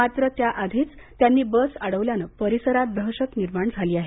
मात्र त्याआधीच त्यांनी बस अडवल्यानं परिसरात दहशत निर्माण झाली आहे